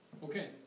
Okay